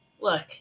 Look